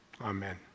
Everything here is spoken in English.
amen